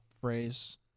phrase